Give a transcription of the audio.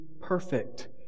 perfect